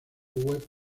web